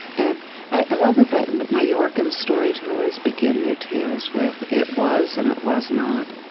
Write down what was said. and another thing, and majorcan storytellers begin their tales with, it was and it was not.